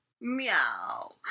Meow